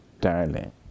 darling